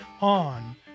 on